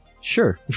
sure